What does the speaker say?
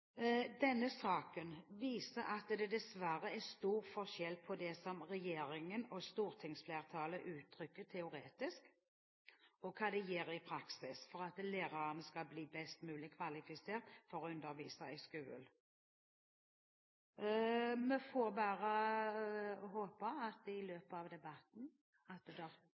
Denne saken viser at det dessverre er stor forskjell på det som regjeringen og stortingsflertallet uttrykker teoretisk, og hva de gjør i praksis for at lærerne skal bli best mulig kvalifisert for å undervise i skolen. Vi får bare håpe at det i løpet av debatten